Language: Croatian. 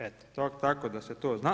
Eto, tako da se to zna.